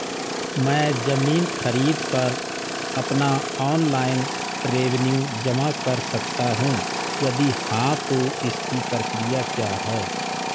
मैं ज़मीन खरीद पर अपना ऑनलाइन रेवन्यू जमा कर सकता हूँ यदि हाँ तो इसकी प्रक्रिया क्या है?